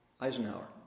Eisenhower